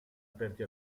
aperti